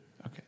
Okay